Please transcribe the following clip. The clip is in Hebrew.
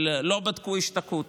לא בדקו השתקעות.